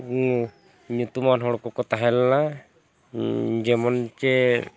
ᱜᱮ ᱧᱩᱛᱩᱢᱟᱱ ᱦᱚᱲ ᱠᱚᱠᱚ ᱛᱟᱦᱮᱸ ᱞᱮᱱᱟ ᱡᱮᱢᱚᱱ ᱪᱮᱫ